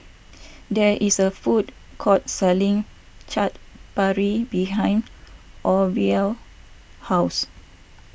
there is a food court selling Chaat Papri behind Orville's house